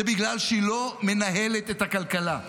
זה בגלל שהיא לא מנהלת את הכלכלה,